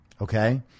Okay